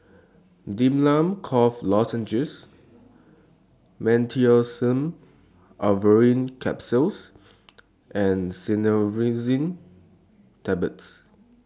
Difflam Cough Lozenges Meteospasmyl Alverine Capsules and Cinnarizine Tablets